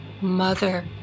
mother